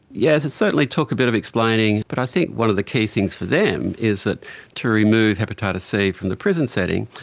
yes, it certainly took a bit of explaining, but i think one of the key things for them is that to remove hepatitis c from the prison setting,